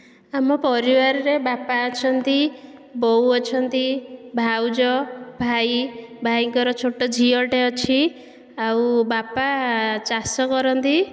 ଆମ ପରିବାରରେ ବାପା ଅଛନ୍ତି ବୋଉ ଅଛନ୍ତି ଭାଉଜ ଭାଇ ଭାଇଙ୍କର ଛୋଟ ଝିଅଟେ ଅଛି ଆଉ ବାପା ଚାଷ କରନ୍ତି